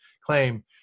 claim